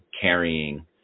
carrying